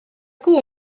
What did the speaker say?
coup